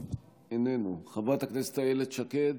איננו, חברת הכנסת אילת שקד,